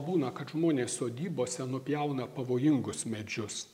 būna kad žmonės sodybose nupjauna pavojingus medžius